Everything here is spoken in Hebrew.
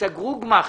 ייסגרו גמ"חים.